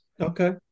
Okay